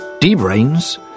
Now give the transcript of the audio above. D-brains